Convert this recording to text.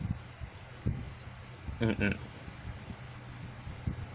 mm mm